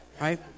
Right